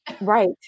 right